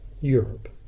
Europe